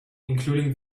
including